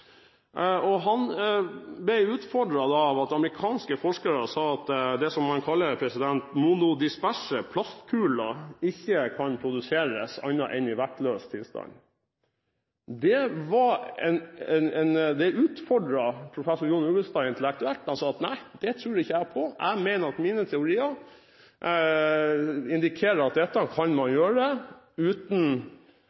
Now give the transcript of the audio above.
og polymerkjemi. Han ble utfordret av amerikanske forskere som sa at det man kaller monodisperse plastkuler, ikke kan produseres annet enn i vektløs tilstand. Det utfordret professor John Ugelstad intellektuelt. Han sa at nei, det tror ikke jeg på, jeg mener at mine teorier indikerer at dette kan man